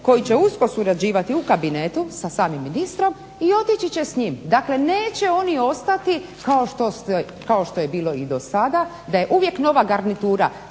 koji će usko surađivati u kabinetu sa samim ministrom i otići će s njim. Dakle, neće oni ostati kao što je bilo i dosada da je uvijek nova garnitura